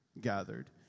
gathered